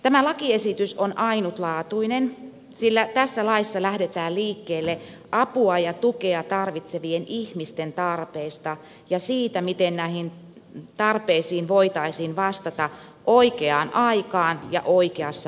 tämä lakiesitys on ainutlaatuinen sillä tässä laissa lähdetään liikkeelle apua ja tukea tarvitsevien ihmisten tarpeista ja siitä miten näihin tarpeisiin voitaisiin vastata oikeaan aikaan ja oikeassa paikassa